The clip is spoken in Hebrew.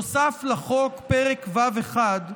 נוסף לחוק פרק ו1,